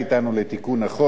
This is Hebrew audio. ולמנהלת הוועדה,